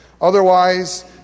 Otherwise